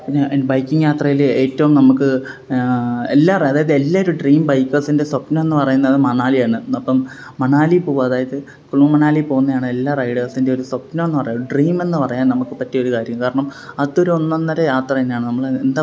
പിന്നെ ബൈക്കിങ് യാത്രയില് ഏറ്റവും നമുക്ക് എല്ലാ റൈ അതായത് എല്ലാം ഒരു ഡ്രീം ബൈക്കേസിന്റെ യാ സ്വപ്നം എന്ന് പറയുന്നത് മണാലിയാണ് അപ്പം മണാലി പോകുക അതായത് കുളു മണാലി പോകുന്നതാണ് എല്ലാ റൈഡേസിന്റെയും ഒരു സ്വപനം എന്ന് പറയുന്ന ഒരു ഡ്രീമെന്ന് പറയാന് നമുക്ക് പറ്റിയൊര് കാര്യം കാരണം അതൊരൊന്നൊന്നര യാത്ര തന്നെയാണ് നമ്മള് എന്താ പറയുക